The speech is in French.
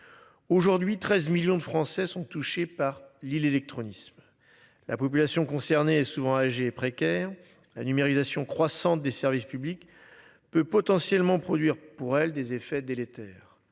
Aujourd'hui 13 millions de Français sont touchés par l'île électronique. La population concernée et souvent âgées précaires. La numérisation croissante des services publics. Peut potentiellement produire pour elle des effets délétères.